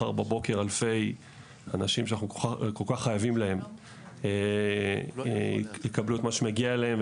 מחר בבוקר אלפי אנשים שאנחנו חייבים להם יקבלו את מה שמגיע להם.